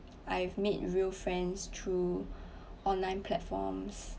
I've made real friends through online platforms